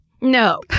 No